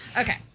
Okay